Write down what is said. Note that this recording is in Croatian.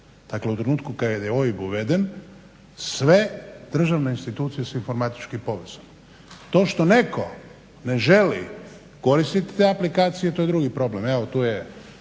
dakle u trenutku kada je OIB uveden sve državne institucije su informatički povezane. To što netko ne želi koristiti te aplikacije to je drugi problem.